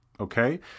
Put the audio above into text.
Okay